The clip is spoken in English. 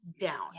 down